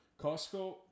Costco